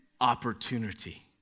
opportunity